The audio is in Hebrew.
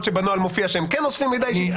שבנוהל מופיע שהם כן אוספים מידע אישי.